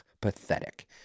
pathetic